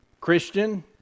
Christian